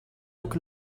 look